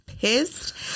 pissed